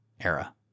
era